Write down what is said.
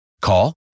Call